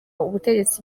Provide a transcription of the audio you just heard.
ubutegetsi